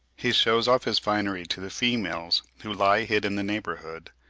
he shows off his finery to the females, who lie hid in the neighbourhood,